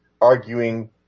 arguing